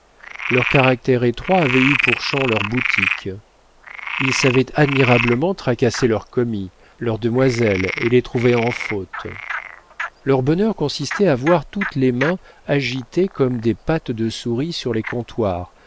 leur caractère étroit avait eu pour champ leur boutique ils savaient admirablement tracasser leurs commis leurs demoiselles et les trouver en faute leur bonheur consistait à voir toutes les mains agitées comme des pattes de souris sur les comptoirs